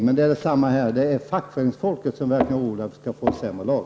Men det är samma förhållande här, det är fackföreningsfolket som verkar oroade över att vi skall få en sämre lag.